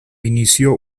inició